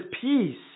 peace